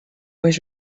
was